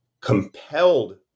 compelled